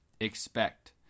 Expect